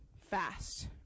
fast